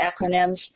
acronyms